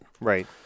Right